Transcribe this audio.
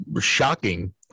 shocking